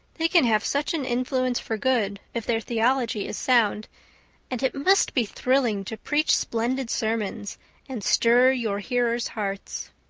they can have such an influence for good, if their theology is sound and it must be thrilling to preach splendid sermons and stir your hearers' hearts.